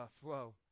flow